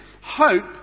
hope